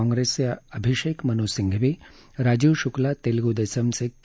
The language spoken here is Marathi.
काँग्रेसचे अभिषेक मन् सिंघवी राजीव श्क्ला तेलग् देसमचे के